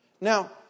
Now